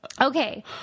Okay